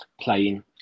playing